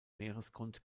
meeresgrund